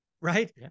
Right